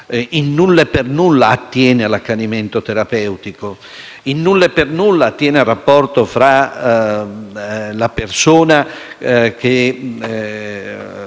In nulla e per nulla attiene all'accanimento terapeutico. In nulla e per nulla attiene alla decisione, se la persona vive